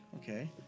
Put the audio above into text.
Okay